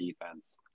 defense